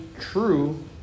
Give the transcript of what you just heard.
true